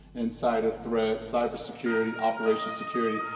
insider threat, cybersecurity, operations security.